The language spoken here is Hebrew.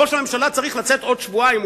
ראש הממשלה צריך לצאת בעוד שבועיים,